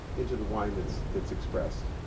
into the wine that's that's expressed.